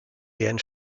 deren